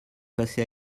passé